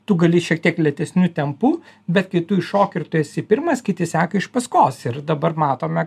tu gali šiek tiek lėtesniu tempu bet kai tu įšoki ir tu esi pirmas kiti seka iš paskos ir dabar matome